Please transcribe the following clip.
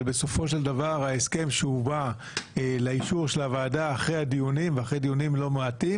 אבל בסופו של דבר ההסכם שהובא לאישור הוועדה אחרי דיונים לא מעטים